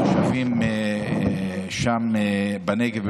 התושבים שם בנגב,